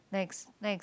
next next